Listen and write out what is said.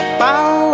bow